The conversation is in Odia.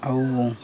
ଆଉ ମୁଁ